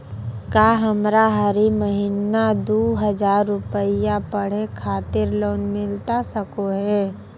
का हमरा हरी महीना दू हज़ार रुपया पढ़े खातिर लोन मिलता सको है?